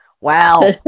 Wow